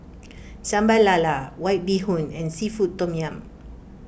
Sambal Lala White Bee Hoon and Seafood Tom Yum